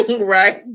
Right